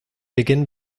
begin